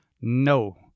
No